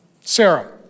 Sarah